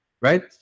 right